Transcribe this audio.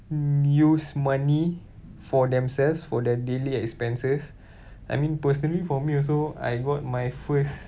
mm use money for themselves for their daily expenses I mean personally for me also I got my first